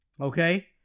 okay